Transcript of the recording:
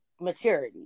maturity